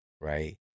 right